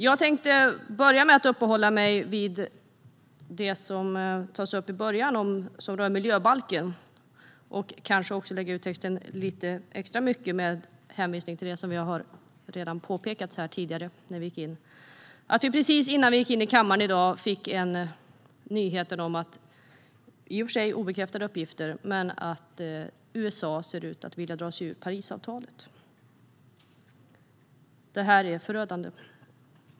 Jag tänkte börja med att uppehålla mig vid det som tas upp i början och rör miljöbalken och kanske också lägga ut texten lite extra med hänvisning till det som jag redan tidigare har påpekat: Precis innan vi gick in i kammaren i dag fick vi nyheten - i och för sig obekräftade uppgifter - att USA ser ut att vilja dra sig ur Parisavtalet. Detta är förödande.